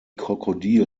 krokodil